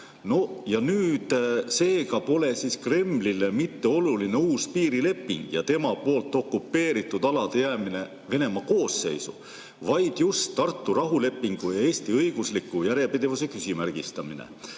Seega pole Kremlile oluline mitte uus piirileping ja tema poolt okupeeritud alade jäämine Venemaa koosseisu, vaid just Tartu rahulepingu ja Eesti õigusliku järjepidevuse küsimärgistamine.